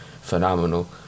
phenomenal